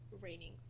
raining